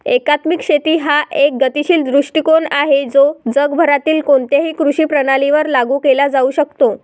एकात्मिक शेती हा एक गतिशील दृष्टीकोन आहे जो जगभरातील कोणत्याही कृषी प्रणालीवर लागू केला जाऊ शकतो